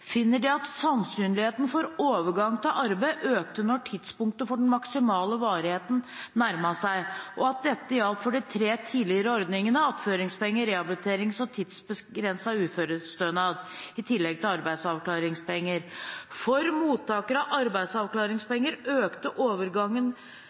finner de at sannsynligheten for overgang til arbeid økte når tidspunktet for den maksimale varigheten nærmer seg, og at dette gjaldt for de tre tidligere ordningene attføringspenger, rehabiliteringspenger og tidsbegrenset uførestønad, i tillegg til arbeidsavklaringspenger. For mottakere av